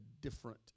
different